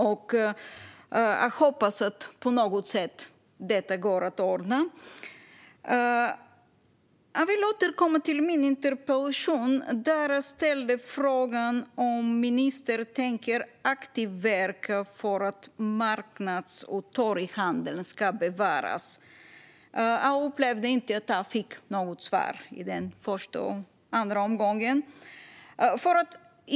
Jag hoppas att det går att ordna på något sätt. Jag vill återkomma till min interpellation. Jag ställde där frågan om ministern tänkte verka för att marknads och torghandeln ska bevaras. Jag upplevde inte att jag fick något svar i vare sig den första eller den andra omgången.